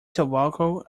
tobacco